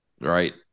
right